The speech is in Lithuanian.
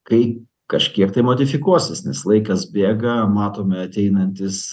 kai kažkiek tai modifikuosis nes laikas bėga matome ateinantis